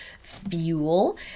fuel